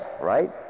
right